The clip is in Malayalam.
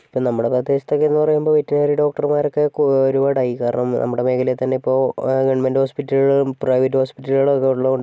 ഇപ്പോൾ നമ്മുടെ ഭാഗത്തെ മിസ്റ്റേക്കെന്ന് പറയുമ്പോൾ വെറ്ററിനറി ഡോക്ടർമാരൊക്കെ ഒരുപാടായി കാരണം നമ്മുടെ മേഖല തന്നെ ഇപ്പോൾ ഗവൺമെൻറ്റ് ഹോസ്പിറ്റലുകളും പ്രൈവറ്റ് ഹോസ്പിറ്റലുകളും ഒക്കെ ഉള്ളോണ്ട്